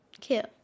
Cute